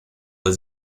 but